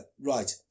Right